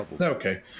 Okay